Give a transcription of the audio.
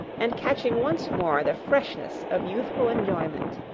and catching once more the freshness of youthful enjoyment.